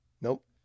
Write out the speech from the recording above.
Nope